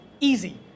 Easy